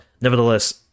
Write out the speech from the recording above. nevertheless